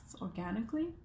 organically